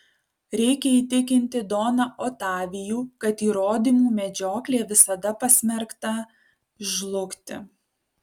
reikia įtikinti doną otavijų kad įrodymų medžioklė visada pasmerkta žlugti